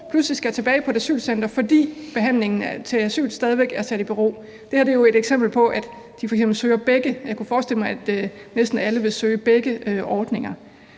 pludselig skal tilbage på et asylcenter, fordi behandlingen om asyl stadig væk er sat i bero? Det her eksempel går på, at de f.eks. søger begge ordninger,